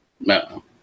No